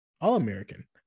all-american